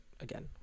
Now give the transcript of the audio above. again